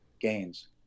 gains